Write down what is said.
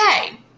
okay